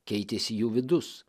keitėsi jų vidus